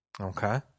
Okay